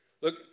Look